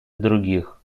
других